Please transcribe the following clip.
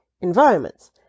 environments